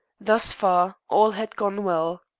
thus far, all had gone well.